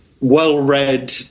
well-read